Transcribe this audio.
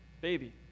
baby